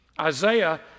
Isaiah